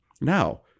Now